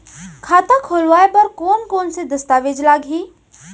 खाता खोलवाय बर कोन कोन से दस्तावेज लागही?